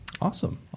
awesome